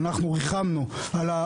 ריחמנו על העובדים כאן.